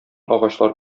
агачлар